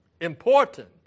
important